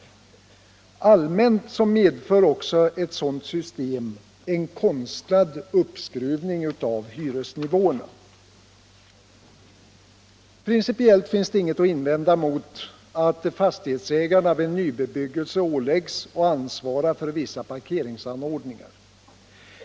Allmänt medför också ett sådant system en konstlad uppskruvning av hyresnivåerna. Principiellt finns inget att invända mot att fastighetsägarna vid nybebyggelse åläggs att ansvara för vissa parkeringsanordningar.